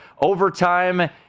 overtime